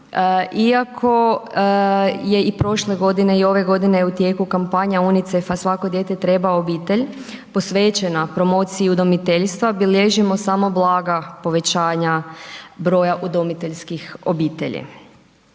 Iako je i prošle godine i ove godine je u tijeku kampanja UNICEF-a „Svako dijete treba obitelj“, posvećena promociji udomiteljstva bilježimo samo blaga povećanja broja udomiteljskih obitelji.